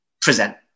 present